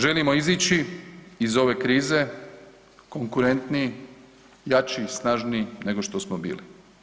Želimo izići iz ove krize konkurentniji, jači, snažniji nego što smo bili.